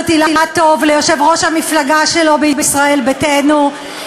אילטוב וליושב-ראש המפלגה שלו בישראל ביתנו.